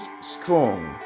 strong